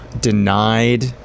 denied